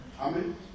Amen